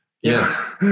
Yes